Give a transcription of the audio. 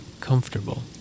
comfortable